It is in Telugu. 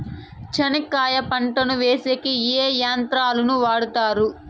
చెనక్కాయ పంటను వేసేకి ఏ యంత్రాలు ను వాడుతారు?